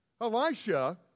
Elisha